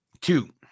Two